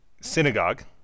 Synagogue